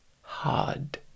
hard